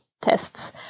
tests